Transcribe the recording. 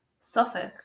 Suffolk